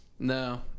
No